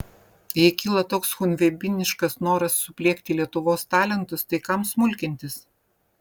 jei kyla toks chunveibiniškas noras supliekti lietuvos talentus tai kam smulkintis